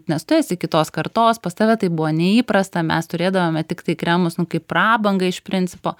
nes tu esi kitos kartos pas tave tai buvo neįprasta mes turėdavome tiktai kremus nu kaip prabangą iš principo